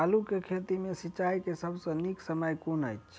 आलु केँ खेत मे सिंचाई केँ सबसँ नीक समय कुन अछि?